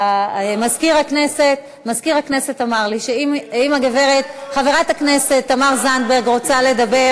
מזכיר הכנסת אמר לי שאם הגברת חברת הכנסת תמר זנדברג רוצה לדבר